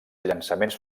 llançaments